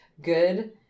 good